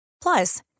Plus